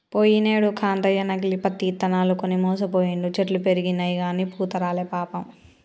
పోయినేడు కాంతయ్య నకిలీ పత్తి ఇత్తనాలు కొని మోసపోయిండు, చెట్లు పెరిగినయిగని పూత రాలే పాపం